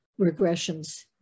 regressions